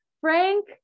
Frank